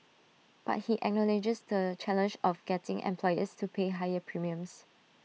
but he acknowledges the challenge of getting employers to pay higher premiums